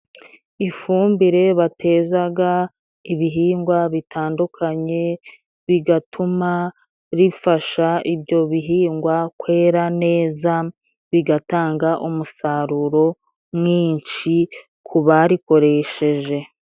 Ifumbire batezaga ibihingwa bitandukanye bigatuma rifasha ibyo bihingwa kwera neza bigatanga umusaruro mwinshi ku barikoresheje.